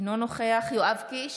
אינו נוכח יואב קיש,